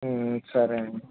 సరే అండి